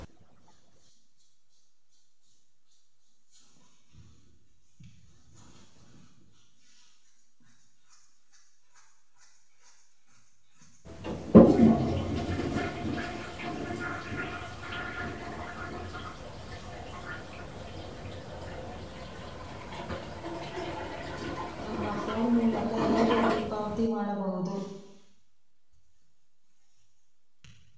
ನನ್ನ ಫೋನ್ ಮೂಲಕ ಹೇಗೆ ಬಿಲ್ ಪಾವತಿ ಮಾಡಬಹುದು?